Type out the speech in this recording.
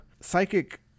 psychic